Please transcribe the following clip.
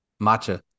Matcha